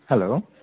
hello